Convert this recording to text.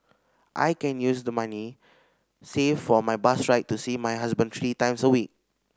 I can use the money saved for my bus ride to see my husband three times a week